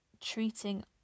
treating